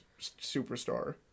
superstar